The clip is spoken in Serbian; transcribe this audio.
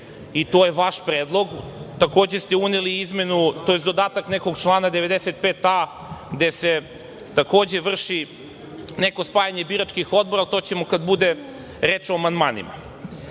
i to je vaš predlog. Takođe ste uneli i izmenu tj. dodatak nekog člana 95a, gde se takođe vrši neko spajanje biračkih odbora, ali to ćemo kada bude reč o amandmanima. Sada